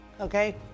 Okay